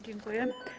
Dziękuję.